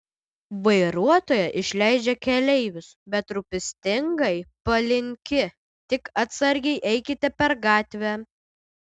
vairuotoja išleidžia keleivius bet rūpestingai palinki tik atsargiai eikite per gatvę